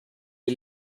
les